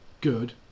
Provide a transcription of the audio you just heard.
good